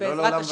לא לעולם ועד.